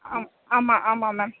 ஆம் ஆமாம் ஆமாம் மேம்